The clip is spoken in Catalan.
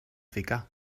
ficar